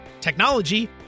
technology